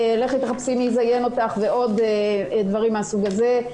לכי תחפשי מי יזיין אותך ועוד דברים מהסוג הזה.